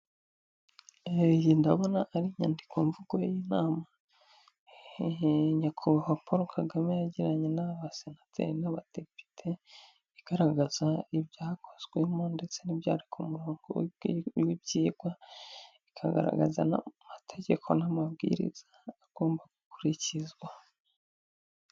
Iyi ndabona ari inyandikomvugo y'inama. Nyakubahwa Paul Kagame yagiranye n'Abasenateri n'Abadepite, igaragaza ibyakozwemo ndetse n'ibyari ku murongo w'ibyigwa, ikagaragaza n' amategeko n'amabwiriza agomba gukurikizwa.